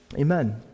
Amen